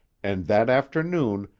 and, that afternoon,